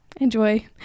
enjoy